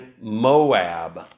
Moab